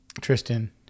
tristan